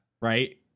Right